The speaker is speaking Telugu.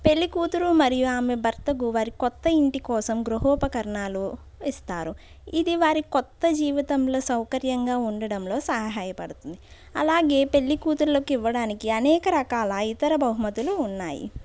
పెళ్ళికూతురు మరియు ఆమె భర్తకు వారి కొత్త ఇంటి కోసం గృహోపకరణాలు ఇస్తారు ఇది వారి కొత్త జీవితంలో సౌకర్యంగా ఉండటంలో సహాయపడుతుంది అలాగే పెళ్ళికూతురులకి ఇవ్వడానికి అనేక రకాల ఇతర బహుమతులు ఉన్నాయి